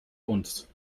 uns